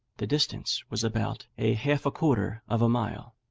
the distance was about a half-a-quarter of a mile.